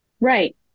Right